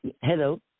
Hello